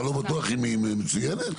אתה לא בטוח אם היא מצוינת?